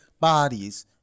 bodies